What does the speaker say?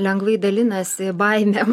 lengvai dalinasi baimėm